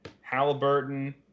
Halliburton